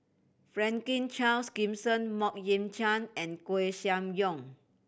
Franklin Charles Gimson Mok Ying Jang and Koeh Sia Yong